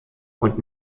und